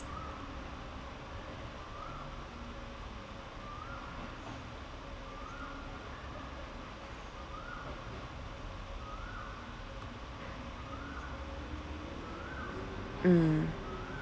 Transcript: mm